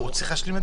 הוא צריך להשלים.